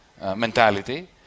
mentality